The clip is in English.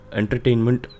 entertainment